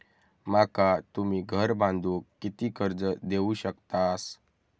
माका तुम्ही घर बांधूक किती कर्ज देवू शकतास?